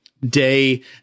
day